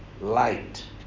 light